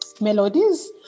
melodies